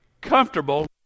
comfortable